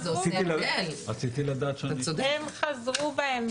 ואגב, הם חזרו בהם